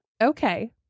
Okay